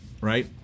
right